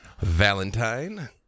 Valentine